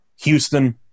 Houston